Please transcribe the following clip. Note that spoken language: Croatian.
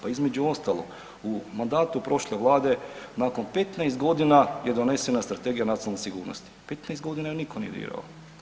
Pa između ostalog u mandatu prošle vlade nakon 15 godina je donesena Strategija nacionalne sigurnosti, 15 godina je niko nije dirao.